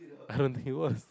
I don't think it was